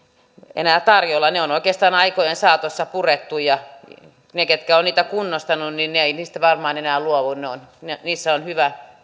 enää tarjolla ne on oikeastaan aikojen saatossa purettu ja ne ketkä ovat niitä kunnostaneet eivät niistä varmaan enää luovu niissä on hyvä